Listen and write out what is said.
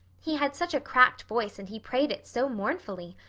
he had such a cracked voice and he prayed it so mournfully.